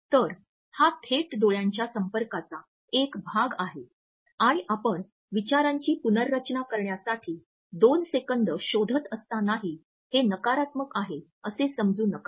तर हा थेट डोळ्यांच्या संपर्काचा एक भाग आहे आणि आपण विचारांची पुनर्रचना करण्यासाठी दोन सेकंद शोधत असतांनाही हे नकारात्मक आहे असे समजू नका